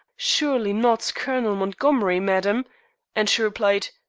surely not colonel montgomery, madam and she replied,